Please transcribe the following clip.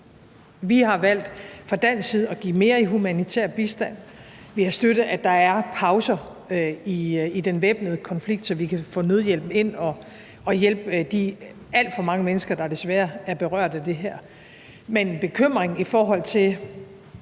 Vi har valgt fra dansk side at give mere i humanitær bistand. Vi har støttet, at der er pauser i den væbnede konflikt, så vi kan få nødhjælpen ind og hjælpe de alt for mange mennesker, der desværre er berørt af det her. Men bekymringen, i forhold til